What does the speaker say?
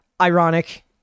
Ironic